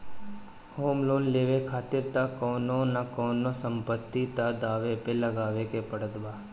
home loan लेवे खातिर तअ कवनो न कवनो संपत्ति तअ दाव पे लगावे के पड़त बा